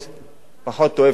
פחות אוהב את ההשפלה,